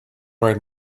right